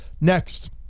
Next